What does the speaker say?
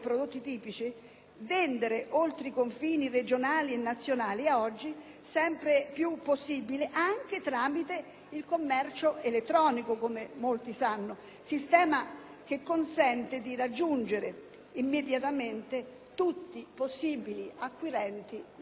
vendere oltre i confini regionali e nazionali è oggi sempre più possibile anche tramite il "commercio elettronico", sistema che consente di raggiungere immediatamente tutti i possibili acquirenti nel mondo.